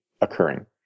occurring